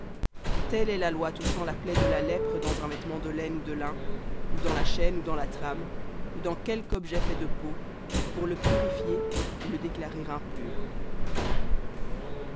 telle est la loi touchant la plaie de la lèpre dans un vêtement de laine ou de lin ou dans la chaîne ou dans la trame ou dans quelque objet de peau pour le purifier ou le déclarer impur